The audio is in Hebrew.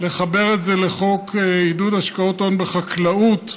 לחבר את זה לחוק לעידוד השקעות הון בחקלאות,